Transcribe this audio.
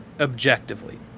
objectively